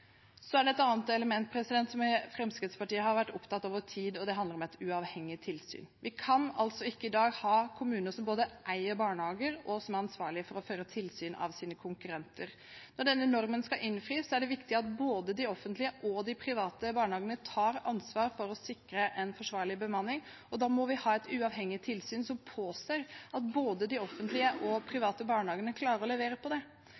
Så er det et annet element som Fremskrittspartiet har vært opptatt av over tid, og det handler om et uavhengig tilsyn. Vi kan ikke i dag ha kommuner som både eier barnehager og er ansvarlig for å føre tilsyn med sine konkurrenter. Når denne normen skal innfris, er det viktig at både de offentlige og de private barnehagene tar ansvar for å sikre en forsvarlig bemanning, og da må vi ha et uavhengig tilsyn som påser at både de offentlige og de private barnehagene klarer å levere på det.